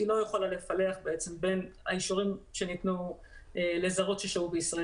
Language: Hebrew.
היא לא יכולה לפלח בין האישורים שניתנו לזרות בישראל